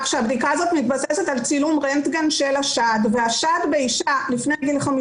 שהבדיקה הזאת מתבססת על צילום רנטגן של השד והשד באישה לפני גיל 50